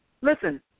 Listen